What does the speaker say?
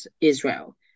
Israel